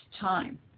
time